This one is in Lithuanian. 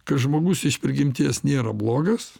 kad žmogus iš prigimties nėra blogas